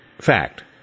Fact